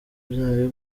byayo